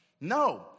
No